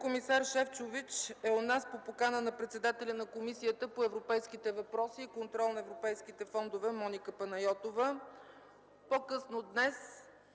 Еврокомисар Шефчович е у нас по покана на председателя на Комисията по европейските въпроси и контрол на европейските фондове Моника Панайотова. По-късно днес